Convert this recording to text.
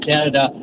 Canada